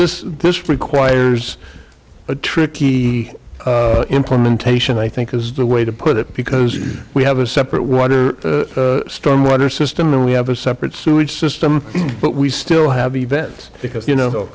this this requires a tricky implementation i think is the way to put it because we have a separate water storm water system and we have a separate sewage system but we still have events because you know